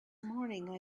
morning